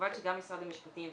כמובן שגם משרד המשפטים,